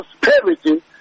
prosperity